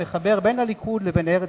המחבר בין הליכוד לבין ארץ-ישראל.